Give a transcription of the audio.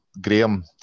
Graham